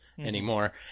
anymore